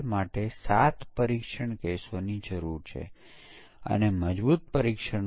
તેથી સિસ્ટમ પરીક્ષણના બે મુખ્ય પ્રકારો છે કાર્યક્ષમતા પરીક્ષણ અને પ્રદર્શન પરીક્ષણ